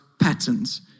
patterns